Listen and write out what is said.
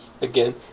Again